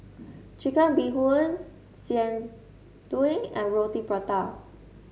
Chicken Bee Hoon Jian Dui and Roti Prata